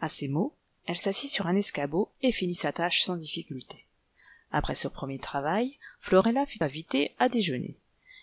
a ces mots elle s'assit sur un escabeau et finit sa tâche sans difficulté après ce premier travail florella fut invitée à déjeuner